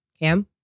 Cam